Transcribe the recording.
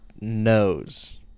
knows